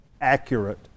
accurate